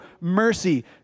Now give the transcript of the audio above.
mercy